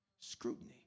Scrutiny